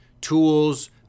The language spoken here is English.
tools